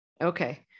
Okay